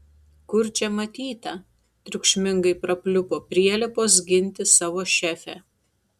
kur čia matyta triukšmingai prapliupo prielipos ginti savo šefę